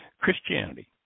Christianity